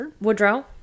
Woodrow